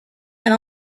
and